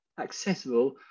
accessible